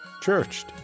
churched